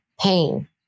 pain